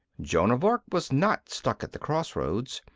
joan of arc was not stuck at the cross-roads,